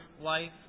life